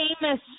famous